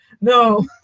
no